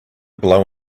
below